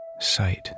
Sight